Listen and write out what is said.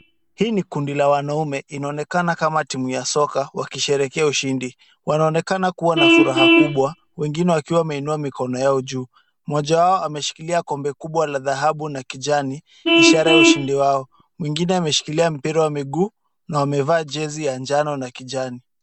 Hii ni kundi la wanaume, inaonekana kama timu ya soka wakisherekea ushindi. Wanaonekana kuwa na furaha kubwa wengine wakiwa wameinua mikono yao juu. Moja wao ameshikilia kombe kubwa la dhahabu na kijani ishara ya ushindi wao. Mwingine ameshikilia mpira wa miguu na wamevaa jezi ya njano na kijani.